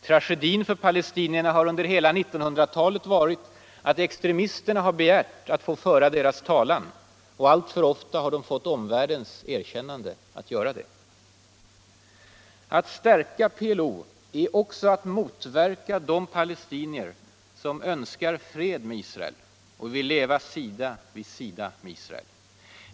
Tragedin för palestinierna har under hela 1900-talet varit att extremisterna begärt att få föra deras talan. Alltför ofta har de fått omvärldens erkännande att göra det. Att stärka PLO är att motverka de palestinier som önskar fred med Israel och vill leva sida vid sida med Israel.